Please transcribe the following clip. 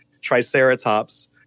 triceratops